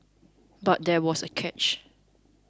but there was a catch